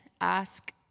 ask